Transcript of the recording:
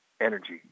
Energy